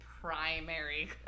primary